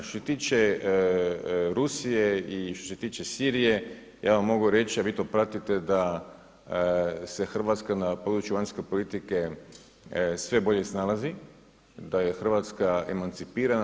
Što se tiče Rusije i što se tiče Sirije ja vam mogu reći, a vi to pratite da se Hrvatska na području vanjske politike sve bolje snalazi, da je Hrvatska emancipirana.